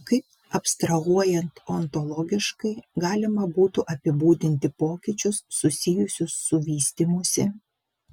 kaip abstrahuojant ontologiškai galima būtų apibūdinti pokyčius susijusius su vystymusi